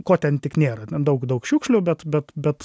ko ten tik nėra ten daug daug šiukšlių bet bet bet